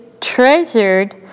treasured